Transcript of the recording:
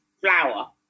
flour